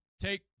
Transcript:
Take